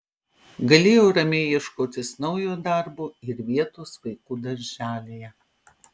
galėjau ramiai ieškotis naujo darbo ir vietos vaikų darželyje